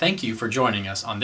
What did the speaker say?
thank you for joining us on